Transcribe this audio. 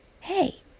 Hey